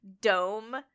dome